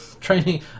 training